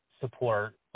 support